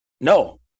No